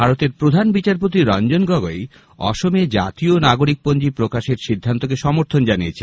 ভারতের প্রধান বিচারপতি রঞ্জন গগৈ অসমে জাতীয় নাগরিকপঞ্জী প্রকাশের সিদ্ধান্তকে সমর্থন জানিয়েছেন